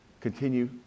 Continue